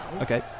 Okay